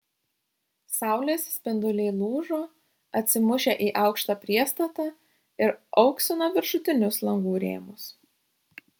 saulės spinduliai lūžo atsimušę į aukštą priestatą ir auksino viršutinius langų rėmus